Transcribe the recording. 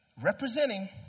representing